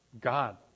God